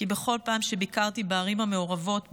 כי בכל פעם שביקרתי בערים המעורבות,